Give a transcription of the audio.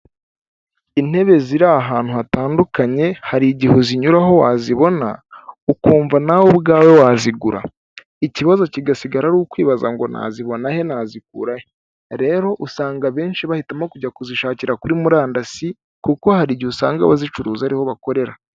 Intebe ziri ahantu hatandukanye, hari igihe uzinyuraho wazibona, ukumva nawe ubwawe wazigura, ikibazo kigasigara ari ukwibaza ngo nazibona he? nazikura he? Rero usanga abenshi bahitamo kujya kuzishakira kuri murandasi, kuko hari igihe usanga abazicuruza ari ho bakorera.